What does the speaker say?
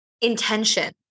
intention